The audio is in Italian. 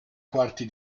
quarti